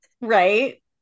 right